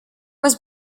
was